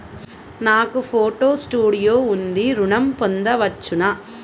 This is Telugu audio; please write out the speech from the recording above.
నాకు ఫోటో స్టూడియో ఉంది ఋణం పొంద వచ్చునా?